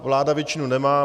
Vláda většinu nemá.